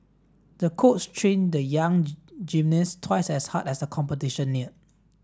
the coach trained the young gymnast twice as hard as the competition neared